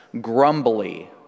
grumbly